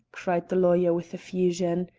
cried the lawyer with effusion.